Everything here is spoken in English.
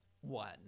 one